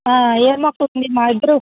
ఏమి మొక్కలండి మా ఇద్దరూ